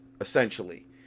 essentially